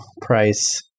price